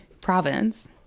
province